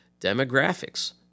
demographics